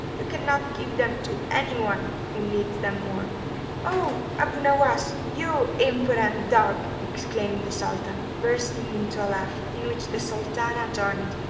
you cannot give them to anyone who needs them more oh, abu nowas, you impudent dog exclaimed the sultan, bursting into a laugh, in which the sultana joined.